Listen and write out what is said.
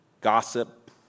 Gossip